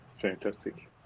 Fantastic